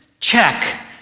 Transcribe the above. check